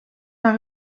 naar